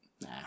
Nah